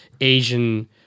Asian